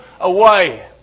away